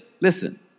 listen